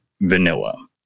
vanilla